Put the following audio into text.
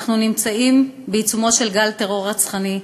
אנחנו נמצאים בעיצומו של גל טרור רצחני,